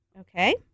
Okay